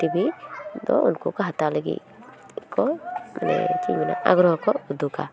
TV ᱫᱚ ᱩᱱᱠᱩᱠᱚ ᱦᱟᱛᱟᱣ ᱞᱟᱹᱜᱤ ᱠᱚ ᱟᱜᱨᱚᱦᱚ ᱠᱚ ᱩᱫᱩᱠᱟ ᱦᱮ